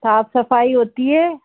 साफ़ सफ़ाई होती है